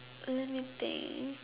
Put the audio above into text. anything